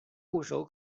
部首